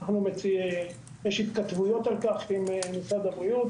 יש על כך התכתבויות עם משרד הבריאות.